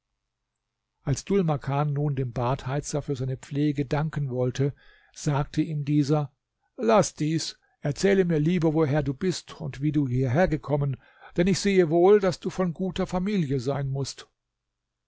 als dhul makan nun dem badheizer für seine pflege danken wollte sagte ihm dieser laß dies erzähle mir lieber woher du bist und wie du hierhergekommen denn ich sehe wohl daß du von guter familie sein mußt